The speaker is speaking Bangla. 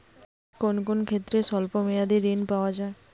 কোন কোন ক্ষেত্রে স্বল্প মেয়াদি ঋণ পাওয়া যায়?